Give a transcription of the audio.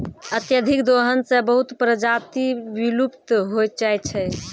अत्यधिक दोहन सें बहुत प्रजाति विलुप्त होय जाय छै